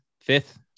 fifth